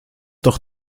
doch